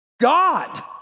God